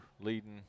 leading